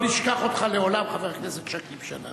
לא נשכח אותך לעולם, חבר הכנסת שכיב שנאן.